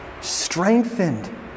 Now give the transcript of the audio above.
strengthened